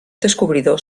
descobridor